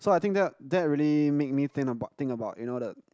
so I think that that really make me think about think about you know the